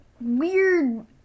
weird